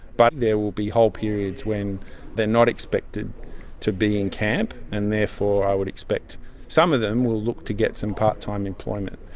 but there will be whole periods when they're not expected to be in camp and therefore i would expect some of them will look to get some part-time employment.